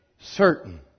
certain